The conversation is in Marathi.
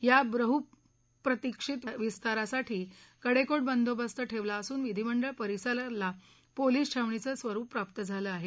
या बहुप्रतिक्षित विस्तारासाठी कडेकोट बंदोबस्त ठेवला असून विधिमंडळ परिसराला पोलीस छावणीचं स्वरूप प्राप्त झालं आहे